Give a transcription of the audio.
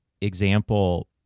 example